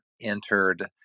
entered